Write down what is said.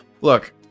Look